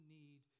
need